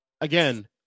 again